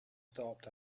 stopped